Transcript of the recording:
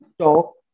talk